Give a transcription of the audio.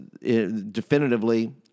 definitively